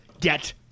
get